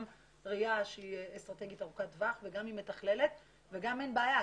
ראייה שהיא אסטרטגית ארוכת טווח וגם היא מתכללת וגם אין בעיה.